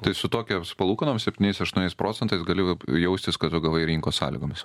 tai su tokia palūkanom septyniais aštuoniais procentais gali jaustis kad tu gavai rinkos sąlygomis